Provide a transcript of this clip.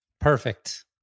Perfect